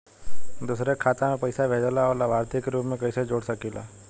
दूसरे के खाता में पइसा भेजेला और लभार्थी के रूप में कइसे जोड़ सकिले?